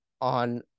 on